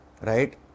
right